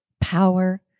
Power